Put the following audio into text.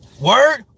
Word